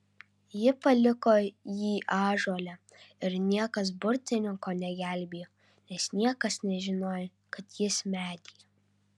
ji paliko jį ąžuole ir niekas burtininko negelbėjo nes niekas nežinojo kad jis medyje